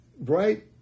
Right